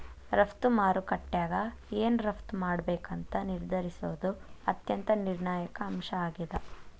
ರಫ್ತು ಮಾರುಕಟ್ಯಾಗ ಏನ್ ರಫ್ತ್ ಮಾಡ್ಬೇಕಂತ ನಿರ್ಧರಿಸೋದ್ ಅತ್ಯಂತ ನಿರ್ಣಾಯಕ ಅಂಶ ಆಗೇದ